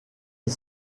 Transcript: est